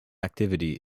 activity